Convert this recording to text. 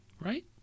right